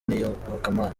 n’iyobokamana